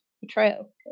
betrayal